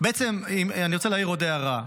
בעצם אני רוצה להעיר עוד הערה.